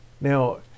Now